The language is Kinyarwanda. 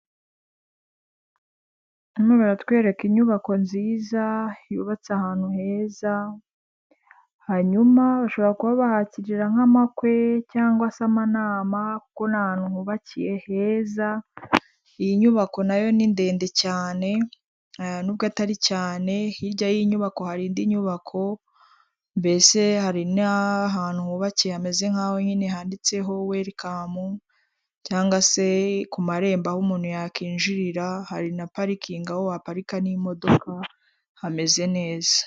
Umugore wambaye ikanzu y'igitenge ahagaze mu nzu ikorerwamo ubucuruzi bw'imyenda idoze, nayo imanitse ku twuma dufite ibara ry'umweru, hasi no hejuru ndetse iyo nzu ikorerwamo ubucuruzi ifite ibara ry'umweru ndetse n'inkingi zishinze z'umweru zifasheho iyo myenda imanitse.